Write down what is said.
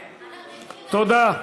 תודה.